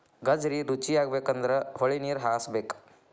ಗಜ್ರಿ ರುಚಿಯಾಗಬೇಕಂದ್ರ ಹೊಳಿನೇರ ಹಾಸಬೇಕ